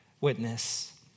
witness